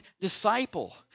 disciple